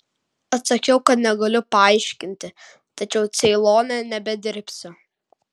atsakiau kad negaliu paaiškinti tačiau ceilone nebedirbsiu